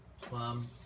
plum